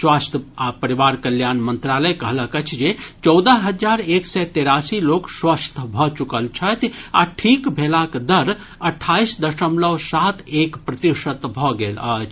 स्वास्थ्य आ परिवार कल्याण मंत्रालय कहलक अछि जे चौदह हजार एक सय तेरासी लोक स्वस्थ भऽ चुकल छथि आ ठीक भेलाक दर अठाईस दशमलव सात एक प्रतिशत भऽ गेल अछि